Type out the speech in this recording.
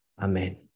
Amen